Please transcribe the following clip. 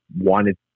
wanted